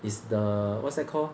it's the what's that called